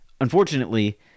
Unfortunately